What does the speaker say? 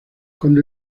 cuando